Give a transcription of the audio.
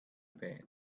bed